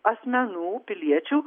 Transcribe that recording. asmenų piliečių